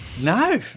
No